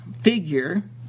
figure